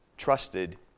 trusted